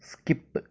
skip